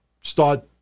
start